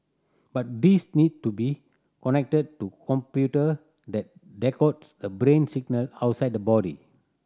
but these need to be connected to computer that decodes the brain signal outside the body